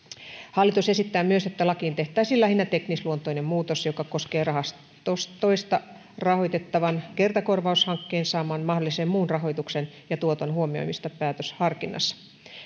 hallitus esittää myös että lakiin tehtäisiin lähinnä teknisluontoinen muutos joka koskee rahastoista rahoitettavan kertakorvaushankkeen saaman mahdollisen muun rahoituksen ja tuoton huomioimista päätösharkinnassa